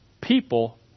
people